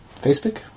Facebook